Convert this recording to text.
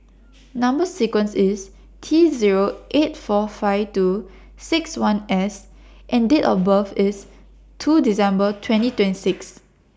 Number sequence IS T Zero eight four five two six one S and Date of birth IS two December twenty twenty six